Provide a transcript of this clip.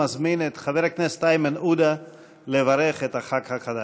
אני מזמין את חבר הכנסת איימן עודה לברך את הח"כ החדש.